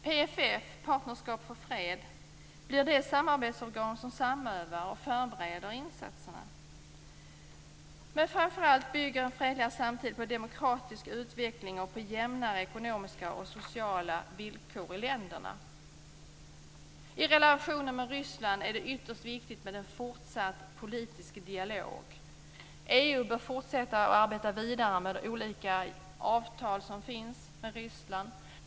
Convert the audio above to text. PFF, partnerskap för fred, blir det samarbetsorgan som samövar och förbereder insatserna. Men framför allt bygger en fredligare framtid på demokratisk utveckling och på jämnare ekonomiska och sociala villkor i länderna. I relationen med Ryssland är det ytterst viktigt med en fortsatt politisk dialog. EU bör arbeta vidare med olika avtal som finns med Ryssland.